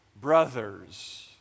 brothers